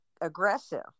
aggressive